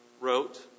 wrote